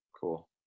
Cool